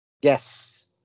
Yes